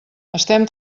estem